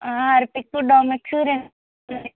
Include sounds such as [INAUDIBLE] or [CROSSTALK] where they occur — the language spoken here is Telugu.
హార్పికు డొమెక్సు రెండు [UNINTELLIGIBLE]